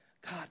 God